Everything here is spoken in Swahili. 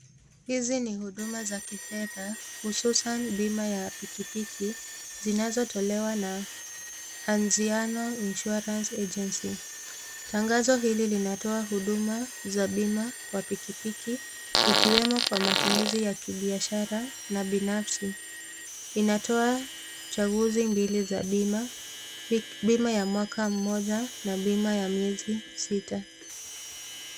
Hizi ni uduma za kifedha , hususan bima ya pikipiki zinazo tolewa na (Anziano insurance agency). Tangazo hili linatokana huduma ya bima kwa pikipiki ikiwemo kwa matumizi ya kibiashara na binafsi , inatoa uchaguzi mbili za bima , bima ya mwaka mmoja na bima ya miezi sita .